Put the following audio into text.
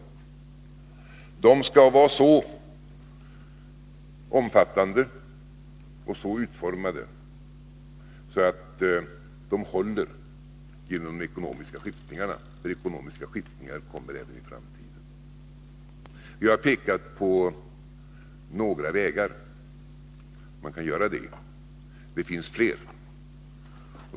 Trygghetssystemen skall vara av en sådan omfattning och så utformade att de håller genom de ekonomiska skiftningarna, för ekonomiska skiftningar kommer även i framtiden. Vi har pekat på några vägar. Man kan göra det — det finns fler.